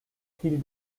styles